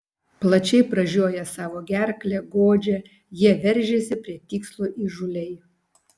plačiai pražioję savo gerklę godžią jie veržiasi prie tikslo įžūliai